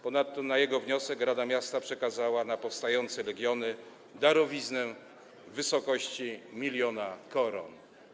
Ponadto na jego wniosek rada miasta przekazała na powstające regiony darowiznę w wysokości 1 mln koron.